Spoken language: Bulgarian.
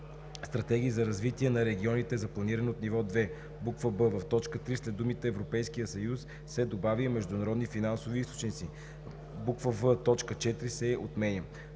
стратегии за развитие на регионите за планиране от ниво 2;“ б) в т. 3 след думите „Европейския съюз“ се добавя „и международни финансови източници“; в) точка 4 се отменя;